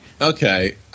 Okay